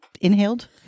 inhaled